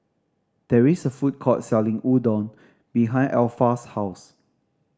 there is a food court selling Udon behind Alpha's house